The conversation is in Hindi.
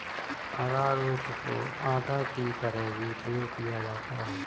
अरारोट को आटा की तरह भी प्रयोग किया जाता है